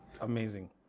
Amazing